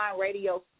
radio